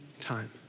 time